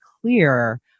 clear